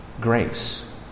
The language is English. grace